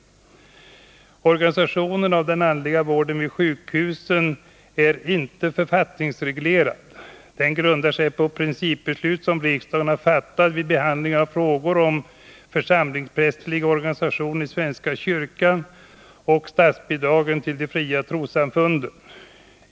Organisationen av den andliga vården vid sjukhusen är inte författningsreglerad. Den grundar sig på principbeslut som riksdagen har fattat vid behandlingen av frågor om den församlingsprästerliga organisationen i svenska kyrkan och statsbidragen till de fria trossamfunden.